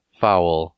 foul